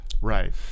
Right